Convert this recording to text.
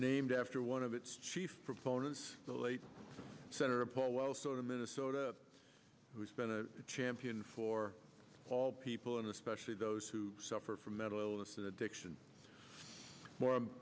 named after one of its chief proponents the late senator paul wellstone of minnesota who spent a champion for all people and especially those who suffer from mental illness and addiction more